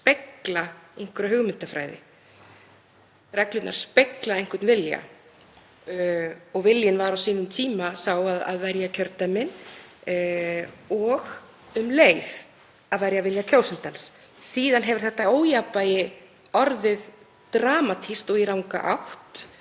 reglurnar einhverja hugmyndafræði, reglurnar spegla einhvern vilja og viljinn var á sínum tíma sá að verja kjördæmin og um leið að verja vilja kjósandans. Síðan hefur þetta ójafnvægi orðið dramatískt og í ranga átt